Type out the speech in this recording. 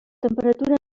temperatura